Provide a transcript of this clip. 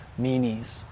meanies